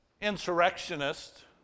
insurrectionist